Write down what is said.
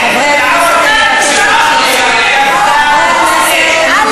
(אומר דברים בערבית, להלן